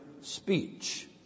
speech